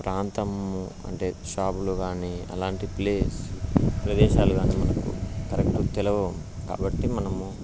ప్రాంతము అంటే షాపులు కానీ అలాంటి ప్లేస్ ప్రదేశాలు కానీ కరెక్టు తెలియవు కాబట్టి మనము